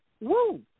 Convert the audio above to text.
woo